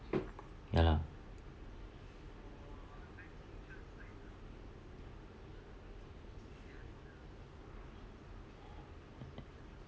ya